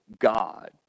God